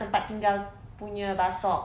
tempat tinggal punya bus stop